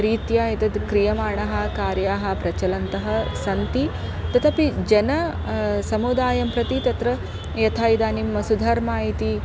रीत्या एतत् क्रियमाणः कार्याणि प्रचलन्तः सन्ति तदपि जनाः समुदायं प्रति तत्र यथा इदानीं सुधर्मा इति